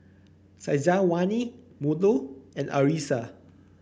Syazwani Melur and Arissa